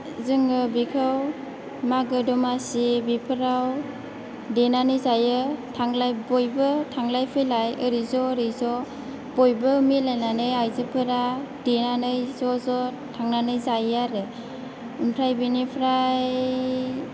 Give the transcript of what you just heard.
जोङो बेखौ मागो दमासि बेफोराव देनानै जायो थांलाय बयबो थांलाय फैलाय एरै ज' एरै ज' बयबो मिलायनानै आइजोफोरा देनानै ज' ज' थांनानै जायो आरो ओमफ्राय बेनिफ्राय